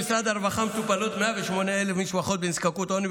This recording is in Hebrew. במשרד הרווחה מטופלות 108,000 משפחות בנזקקות עוני,